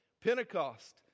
Pentecost